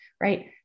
right